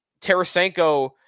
Tarasenko